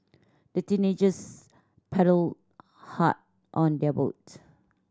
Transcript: the teenagers paddled hard on their boat